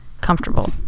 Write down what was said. comfortable